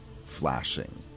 flashing